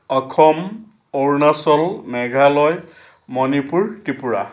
Assam Arunachal Meghalaya Manipur Tripura